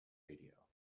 radio